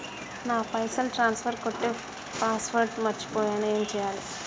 నా పైసల్ ట్రాన్స్ఫర్ కొట్టే పాస్వర్డ్ మర్చిపోయిన ఏం చేయాలి?